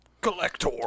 Collector